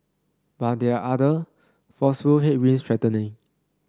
but there are other forceful headwinds threatening